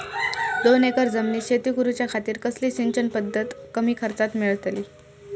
दोन एकर जमिनीत शेती करूच्या खातीर कसली सिंचन पध्दत कमी खर्चात मेलतली?